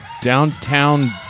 downtown